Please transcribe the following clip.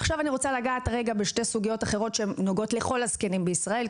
עכשיו אני רוצה לגעת בשתי סוגיות אחרות שנוגעות לכל הזקנים בישראל,